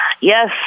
Yes